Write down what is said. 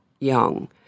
young